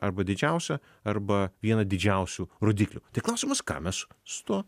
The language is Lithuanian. arba didžiausią arba vieną didžiausių rodiklių tai klausimas ką mes su tuo